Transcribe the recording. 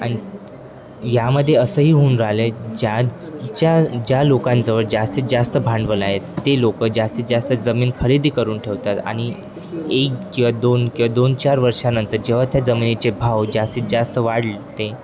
आणि यामध्येही असंही होऊन राहिलं आहे ज्या ज्या ज्या लोकांजवळ जास्तीत जास्त भांडवल आहे ते लोक जास्तीत जास्त जमीन खरेदी करून ठेवतात आणि एक किंवा दोन किंवा दोन चार वर्षानंतर जेव्हा त्या जमिनीचे भाव जास्तीत जास्त वाढते